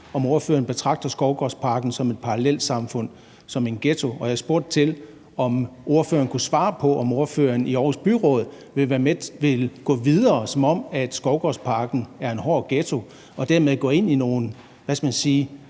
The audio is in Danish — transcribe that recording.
om ordføreren betragter Skovgårdsparken som et parallelsamfund, som en ghetto. Og jeg spurgte til, om ordføreren kunne svare på, om ordføreren i Aarhus Byråd vil gå videre, som om Skovgårdsparken er en hård ghetto, og dermed gå ind i nogle, hvad skal man sige,